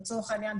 לצורך העניין,